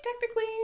technically